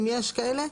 אם יש כאלה.